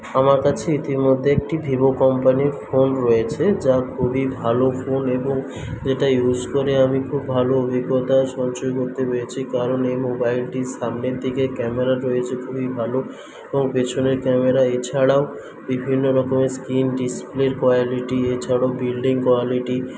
আমার কাছে ইতিমধ্যে একটি ভিভো কোম্পানির ফোন রয়েছে যা খুবই ভালো ফোন এবং এটা ইউজ করে আমি খুব ভালো অভিজ্ঞতা সঞ্চয় করতে পেরেছি কারণ এই মোবাইলটির সামনের দিকে ক্যামেরা রয়েছে খুবই ভালো এবং পেছনের ক্যামেরা এছাড়াও বিভিন্ন রকমের স্ক্রিন ডিসপ্লের কোয়ালিটি এছাড়াও বিল্ডিং কোয়ালিটি